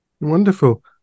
Wonderful